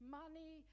money